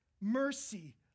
mercy